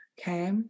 okay